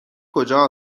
کجا